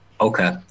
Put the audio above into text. Okay